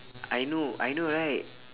I know I know right